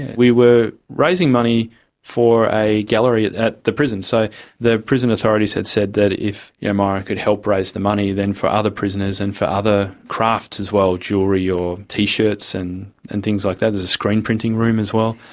we were raising money for a gallery at at the prison. so the prison authorities had said that if yeah myuran could help raise the money then for other prisoners and for other crafts as well, jewellery or t-shirts and and things like that, there's a screen printing room as well,